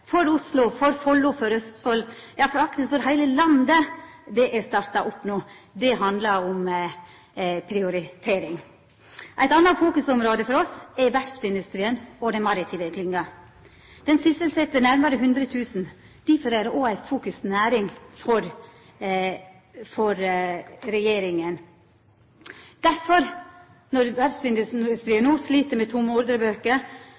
for Oslo, for Follo, for Østfold, ja faktisk for heile landet, er starta opp no. Det handlar om prioritering. Eit anna fokusområde for oss er verftsindustrien og den maritime klynga, som sysselset nærmare 100 000. Difor er det òg ei fokusnæring for regjeringa. Difor har vår regjering, når